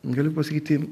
galiu pasakyti